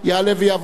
התשע"ב 2012,